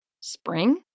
Spring